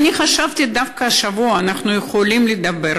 ואני חשבתי שדווקא השבוע אנחנו יכולים לדבר